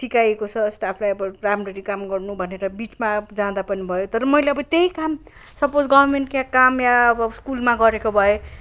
सिकाएको छ स्टाफलाई अब राम्ररी काम गर्नु भनेर बिचमा जाँदा पनि भयो तर मैले अब त्यही काम सपोज गभर्मेन्ट काम या स्कुलमा गरेको भए